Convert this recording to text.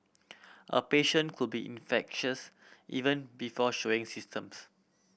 a patient could be infectious even before showing symptoms